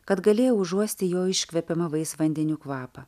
kad galėjau užuosti jo iškvepiamą vaisvandenių kvapą